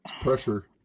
pressure